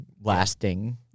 lasting